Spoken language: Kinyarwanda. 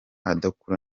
adakura